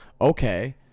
okay